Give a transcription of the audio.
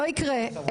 לא יקרה.